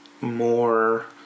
more